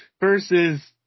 Versus